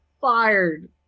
fired